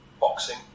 boxing